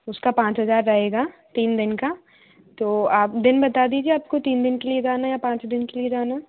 उसका पाँच हज़ार रहेगा तीन दिन का तो आप दिन बता दीजिए आपको तीन दिन के लिए जाना या पाँच दिन के लिए जाना